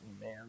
man